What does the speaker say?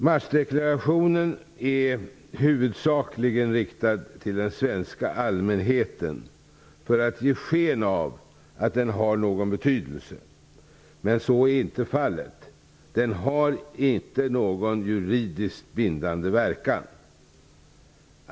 Marsdeklarationen är huvudsakligen riktad till den svenska allmänheten för att ge sken av att den har någon betydelse. Men så är inte fallet. Den har ingen juridiskt bindande verkan.